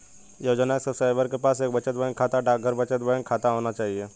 योजना के सब्सक्राइबर के पास एक बचत बैंक खाता, डाकघर बचत बैंक खाता होना चाहिए